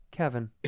Kevin